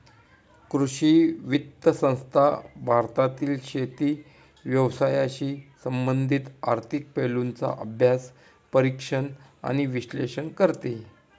कृषी वित्त संस्था भारतातील शेती व्यवसायाशी संबंधित आर्थिक पैलूंचा अभ्यास, परीक्षण आणि विश्लेषण करते